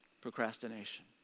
procrastination